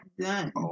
done